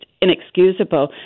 inexcusable